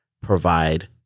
provide